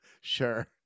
Sure